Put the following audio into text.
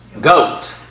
GOAT